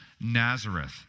Nazareth